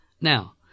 Now